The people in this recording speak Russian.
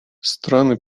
страны